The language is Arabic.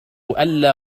ألّا